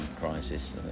crisis